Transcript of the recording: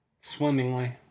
Swimmingly